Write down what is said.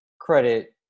credit